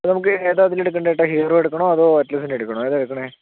അപ്പൊൾ നമ്മക്ക് ഏതാ ഇതില് എടുക്കണ്ടെ ചേട്ടാ ഹീറോ എടുക്കണോ അതോ അറ്റ്ലസിൻ്റെ എടുക്കണോ ഏതാ എടുക്കണേ